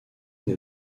une